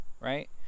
right